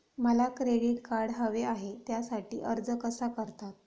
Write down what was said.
मला credit card हवे आहे त्यासाठी अर्ज कसा करतात?